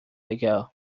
ago